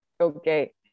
Okay